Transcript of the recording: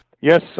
Yes